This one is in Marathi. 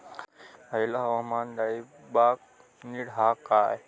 हयला हवामान डाळींबाक नीट हा काय?